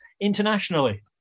internationally